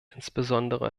insbesondere